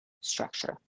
structure